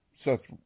Seth